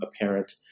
apparent